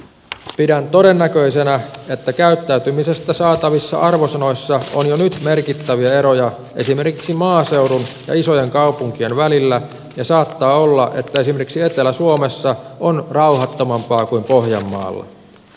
pidän todennäköisenä että käyttäytymisestä saatavissa arvosanoissa on jo nyt merkittäviä eroja esimerkiksi maaseudun ja isojen kaupunkien välillä ja saattaa olla että esimerkiksi etelä suomessa on rauhattomampaa kuin pohjanmaalla